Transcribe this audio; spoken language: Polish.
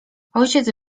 ojciec